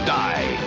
die